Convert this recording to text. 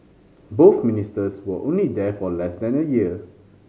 both Ministers were only there for less than a year